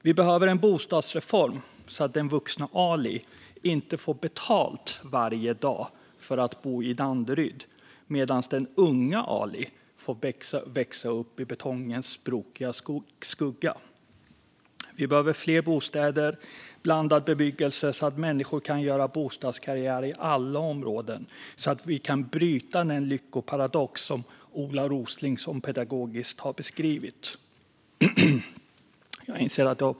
Vi behöver en bostadsreform så att den vuxne Ali inte får betalt varje dag för att bo i Danderyd medan den unge Ali får växa upp i betongens brokiga skugga. Vi behöver fler bostäder och blandad bebyggelse så att människor kan göra bostadskarriär i alla områden och så att vi kan bryta den lyckoparadox som Ola Rosling så pedagogiskt har beskrivit.